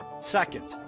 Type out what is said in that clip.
Second